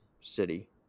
City